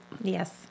Yes